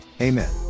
Amen